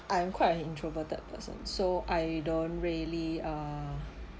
I'm quite an introverted person so I don't really err